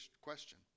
question